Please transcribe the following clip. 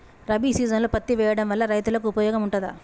రబీ సీజన్లో పత్తి వేయడం వల్ల రైతులకు ఉపయోగం ఉంటదా?